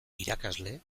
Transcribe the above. irakasle